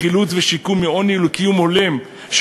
לחילוץ ושיקום מעוני ולקיום הולם,